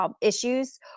issues